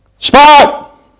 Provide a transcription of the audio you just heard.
Spot